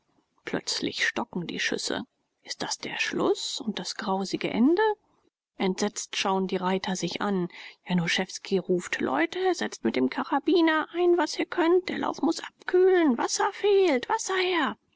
plötzlich stocken die schüsse ist das der schluß und das grausige ende entsetzt schauen die reiter sich an januschewski ruft leute setzt mit dem karabiner ein was ihr könnt der lauf muß abkühlen wasser fehlt wasser her